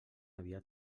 aviat